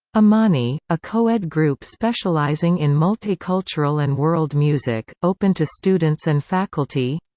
ah imani, a co-ed group specializing in multicultural and world music, open to students and faculty